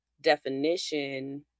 definition